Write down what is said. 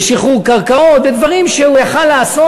בשחרור קרקעות, בדברים שהוא יכול היה לעשות.